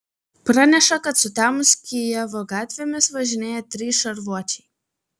praneša kad sutemus kijevo gatvėmis važinėja trys šarvuočiai